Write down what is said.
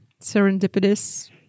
serendipitous